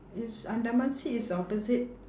it's andaman sea is opposite